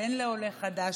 בן לעולה חדש,